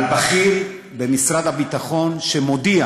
על בכיר במשרד הביטחון שמודיע